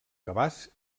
cabàs